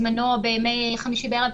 בזמנו בימי חמישי בערב.